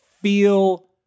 feel